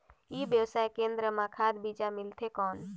ई व्यवसाय केंद्र मां खाद बीजा मिलथे कौन?